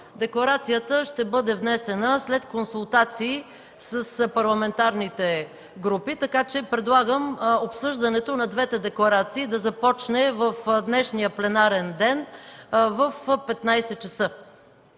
Декларацията ще бъде внесена след консултации с парламентарните групи, така че предлагам обсъждането на двете декларации да започне в днешния пленарен ден в 15,00 ч.